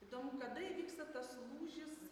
įdomu kada įvyksta tas lūžis